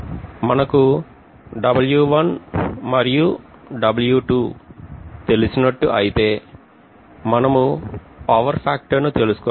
మనకు W1 మరియు W2 తెలిసినట్టు ఐతే మనము పవర్ ఫాక్టర్ ను తెలుసుకోగలం